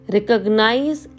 Recognize